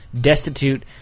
destitute